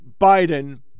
Biden